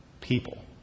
People